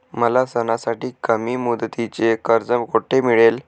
मला सणासाठी कमी मुदतीचे कर्ज कोठे मिळेल?